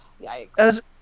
yikes